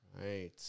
Right